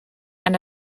and